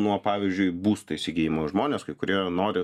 nuo pavyzdžiui būsto įsigijimo žmonės kai kurie nori